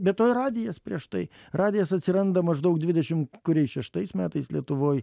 be to ir radijas prieš tai radijas atsiranda maždaug dvidešim kuriais šeštais metais lietuvoj